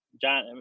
John